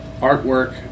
artwork